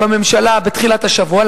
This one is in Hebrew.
בממשלה בתחילת השבוע?